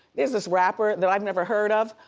there's this rapper that i've never heard of,